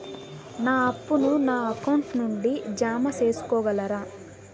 నా అప్పును నా అకౌంట్ నుండి జామ సేసుకోగలరా?